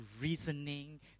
reasoning